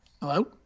Hello